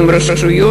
לרשויות.